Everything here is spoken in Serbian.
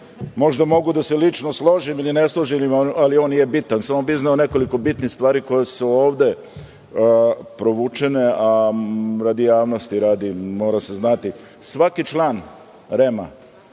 možda mogu da se lično složim ili ne složim, ali on nije bitan. Samo bih izneo nekoliko bitnih stvari koje su ovde provučene, a radi javnosti mora se znati. Svaki član REM-a